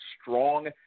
strong